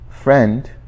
Friend